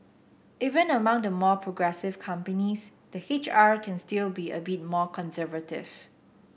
even among the more progressive companies the H R can still be a bit more conservative